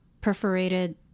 perforated